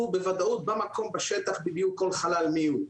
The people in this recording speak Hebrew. בוודאות במקום ובשטח בדיוק כל חלל מי הוא,